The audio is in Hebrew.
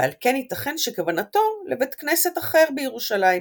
ועל כן ייתכן שכוונתו לבית כנסת אחר בירושלים.